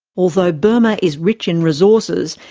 although burma is rich in resources,